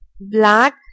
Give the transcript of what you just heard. Black